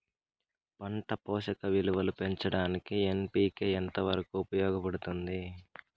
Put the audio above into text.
పంట పోషక విలువలు పెంచడానికి ఎన్.పి.కె ఎంత వరకు ఉపయోగపడుతుంది